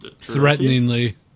threateningly